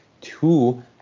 two